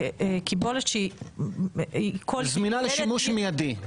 קיבולת שהיא ---- זמינה לשימוש מידי.